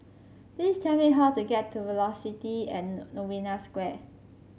please tell me how to get to Velocity and Novena Square